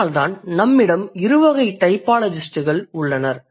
அதனால்தான் நம்மிடம் இரு வகை டைபாலஜிஸ்ட்டுகள் உள்ளனர்